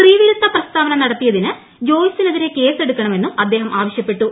സ്ത്രീവിരുദ്ധ പ്രസ്താവന നടത്തിയതിന് ജോയ്സിനെതിരെ കേസെടുക്കണമെന്നും അദ്ദേഹ്ം ആവശ്യപ്പെട്ടു